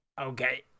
Okay